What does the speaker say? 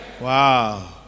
Wow